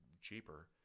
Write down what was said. cheaper